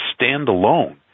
standalone